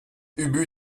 ubu